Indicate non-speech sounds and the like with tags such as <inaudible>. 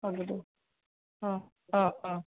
<unintelligible> অঁ অঁ অঁ